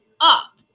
up